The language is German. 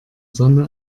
sonne